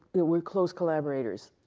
they were close collaborators.